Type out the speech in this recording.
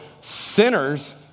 sinners